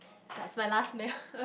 but it's my last meal